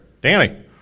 Danny